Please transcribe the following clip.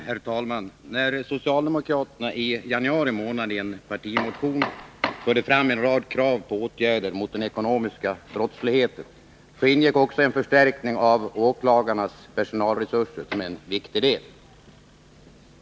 Herr talman! När socialdemokraterna i januari månad i en partimotion förde fram en rad krav på åtgärder mot den ekonomiska brottsligheten ingick där kravet på en förstärkning av åklagarnas personalresurser som en viktig del.